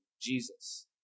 Jesus